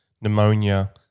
pneumonia